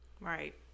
Right